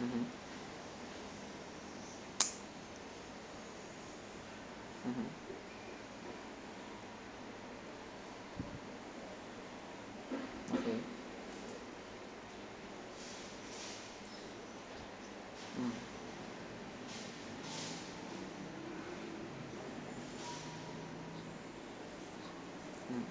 mm mmhmm mmhmm okay mm mm